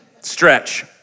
Stretch